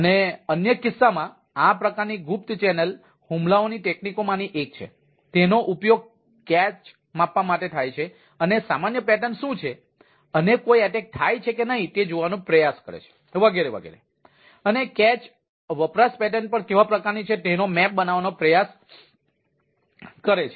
અને અન્ય કિસ્સાઓમાં આ પ્રકારની ગુપ્ત ચેનલ હુમલાઓની તકનીકો માની એક છે તેનો ઉપયોગ કેચ બનાવવાનો પ્રયાસ કરે છે